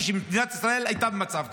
כשמדינת ישראל הייתה במצב קשה.